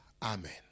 Amen